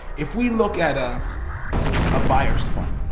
if we look at a ah buyers funnel,